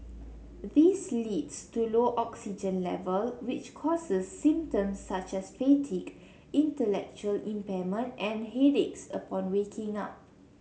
this leads to low oxygen level which causes symptoms such as fatigue intellectual impairment and headaches upon waking up